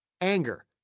Anger